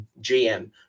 GM